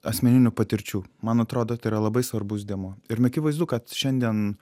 asmeninių patirčių man atrodo tai yra labai svarbus dėmuo ir akivaizdu kad šiandien